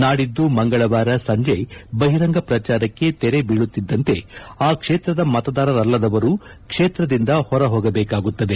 ನಾಡಿದ್ದು ಮಂಗಳವಾರ ಸಂಜೆ ಬಹಿರಂಗ ಪ್ರಚಾರಕ್ಕೆ ತೆರೆ ಬೀಳುತ್ತಿದ್ದಂತೆ ಆ ಕ್ಷೇತ್ರದ ಮತದಾರರಲ್ಲದವರು ಕ್ಷೇತ್ರದಿಂದ ಹೊರ ಹೋಗಬೇಕಾಗುತ್ತದೆ